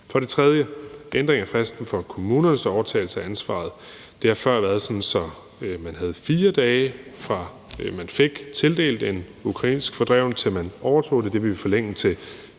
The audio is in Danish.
ændring af fristen for kommunernes overtagelse af ansvaret. Det har før været sådan, at man havde 4 dage, fra man fik tildelt en ukrainsk fordreven, til man overtog ansvaret. Det vil vi forlænge til